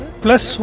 plus